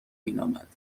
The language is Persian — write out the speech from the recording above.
مینامد